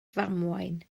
ddamwain